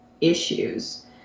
issues